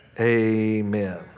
Amen